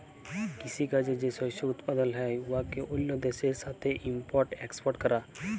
কিসি কাজে যে শস্য উৎপাদল হ্যয় উয়াকে অল্য দ্যাশের সাথে ইম্পর্ট এক্সপর্ট ক্যরা